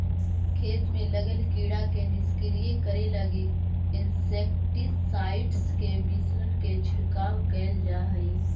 खेत में लगल कीड़ा के निष्क्रिय करे लगी इंसेक्टिसाइट्स् के मिश्रण के छिड़काव कैल जा हई